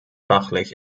fachlich